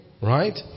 Right